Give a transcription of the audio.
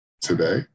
today